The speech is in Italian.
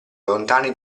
lontani